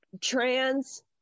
Trans